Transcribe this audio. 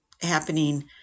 happening